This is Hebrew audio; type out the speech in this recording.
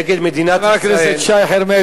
נגד מדינת ישראל, חבר הכנסת שי חרמש.